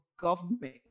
government